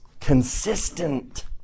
Consistent